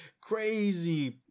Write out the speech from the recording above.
crazy